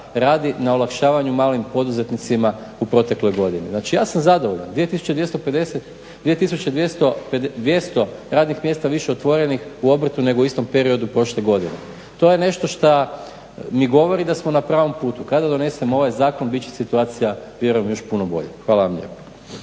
radi na olakšavanju malim poduzetnicima u protekloj godini. Znači ja sam zadovoljan, 2250 …/Govornik se ne razumije./… radnih mjesta više otvorenih u obrtu nego u istom periodu prošle godine. To je nešto šta mi govori da smo na pravom putu. Kada donesemo ovaj zakon biti će situacija vjerujemo još puno bolja. Hvala vam lijepo.